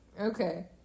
Okay